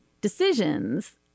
decisions